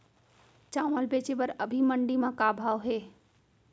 चांवल बेचे बर अभी मंडी म का भाव हे?